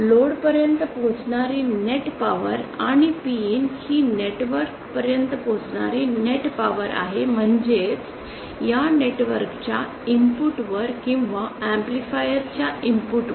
load पर्यंत पोहोचणारी net power आणि PIN ही नेटवर्क पर्यंत पोहोचणारी नेट पॉवर आहे म्हणजेच या नेटवर्क च्या इनपुट वर किंवा या ऍम्प्लिफायर च्या इनपुट वर